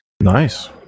Nice